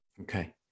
Okay